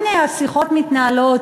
הנה, השיחות מתנהלות.